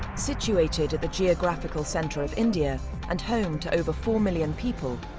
situated at the geographical centre of india, and home to over four million people,